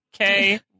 okay